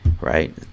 right